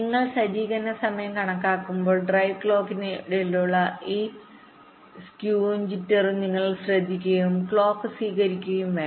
നിങ്ങൾ സജ്ജീകരണ സമയം കണക്കാക്കുമ്പോൾ ഡ്രൈവ് ക്ലോക്കിനുമിടയിലുള്ള ഈ സ്കൂഉം ജിറ്റർ ഉം നിങ്ങൾ ശ്രദ്ധിക്കുകയും ക്ലോക്ക് സ്വീകരിക്കുകയും വേണം